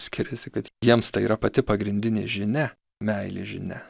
skiriasi kad jiems tai yra pati pagrindinė žinia meilės žinia